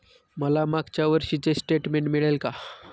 मला मागच्या वर्षीचे स्टेटमेंट मिळेल का?